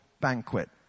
banquet